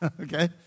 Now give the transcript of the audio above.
Okay